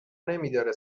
نمیداره